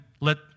let